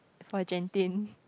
for Genting